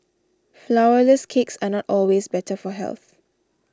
Flourless Cakes are not always better for health